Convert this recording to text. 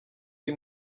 b’i